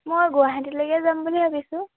মই গুৱাহাটীলৈকে যাম বুলি ভাবিছোঁ